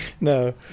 no